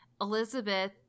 Elizabeth